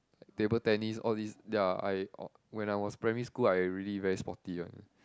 table tennis all this ya I when I was primary school I really very sporty one